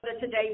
today